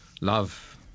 love